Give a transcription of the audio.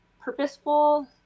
purposeful